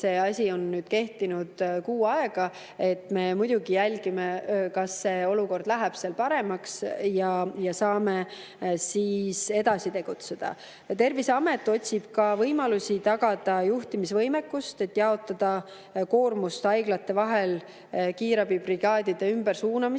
see asi on kehtinud kuu aega. Me muidugi jälgime, kas olukord läheb paremaks, et siis edasi tegutseda. Terviseamet otsib ka võimalusi tagada juhtimisvõimekust, et jaotada koormust haiglate vahel kiirabibrigaadide ümbersuunamise